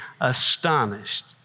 astonished